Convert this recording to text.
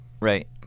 Right